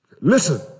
Listen